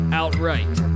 outright